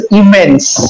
immense